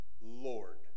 Lord